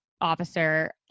officer